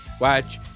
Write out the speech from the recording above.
Watch